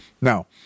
Now